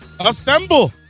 Assemble